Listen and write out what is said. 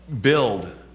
build